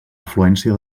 afluència